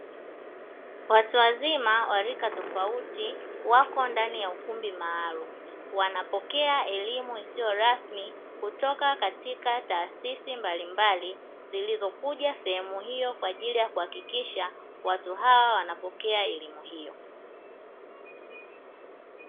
Watu wazima wa rika tofauti wapo ndani ya ukumbi maalumu wanaopokea elimu isiyorasmi kutoka katika taasisi mbalimbali zilizokuja sehemu hiyo Kwa ajili ya kuhakikisha watu hawa wanapokea elimu hiyo.